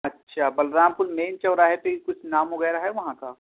اچھا Balrampur main چوراہے پہ کچھ وغیرہ ہے وہاں کا